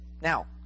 Now